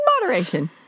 moderation